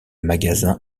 magasin